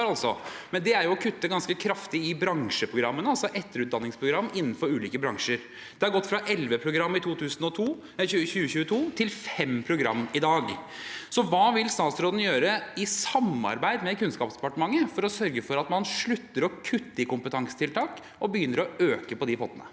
bransjeprogrammene, altså etterutdanningsprogram innenfor ulike bransjer. Det har gått fra elleve program i 2022 til fem program i dag. Hva vil statsråden gjøre – i samarbeid med Kunnskapsdepartementet – for å sørge for at man slutter å kutte i kompetansetiltak og begynner å øke de pottene?